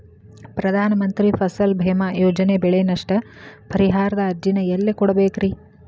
ಪ್ರಧಾನ ಮಂತ್ರಿ ಫಸಲ್ ಭೇಮಾ ಯೋಜನೆ ಬೆಳೆ ನಷ್ಟ ಪರಿಹಾರದ ಅರ್ಜಿನ ಎಲ್ಲೆ ಕೊಡ್ಬೇಕ್ರಿ?